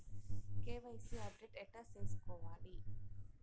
KYC update ఎట్లా సేసుకోవాలి?